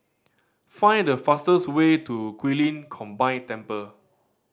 find the fastest way to Guilin Combined Temple